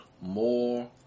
more